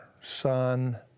son